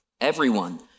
Everyone